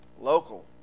local